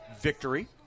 victory